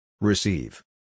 Receive